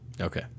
okay